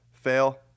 Fail